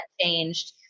changed